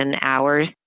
hours